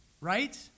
right